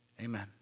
amen